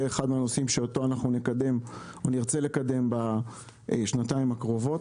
וזה יהיה אחד מהנושאים שאותו אנחנו נרצה לקדם בשנתיים הקרובות.